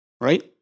right